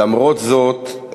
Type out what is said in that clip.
למרות זאת,